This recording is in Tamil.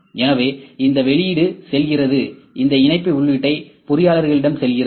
எனவே இந்த வெளியீடு செல்கிறது இந்த இணைப்பு உள்ளீட்டை பொறியாளர்களிடம் செல்கிறது